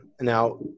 now